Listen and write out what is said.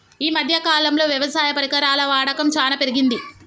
ఈ మధ్య కాలం లో వ్యవసాయ పరికరాల వాడకం చానా పెరిగింది